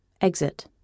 EXIT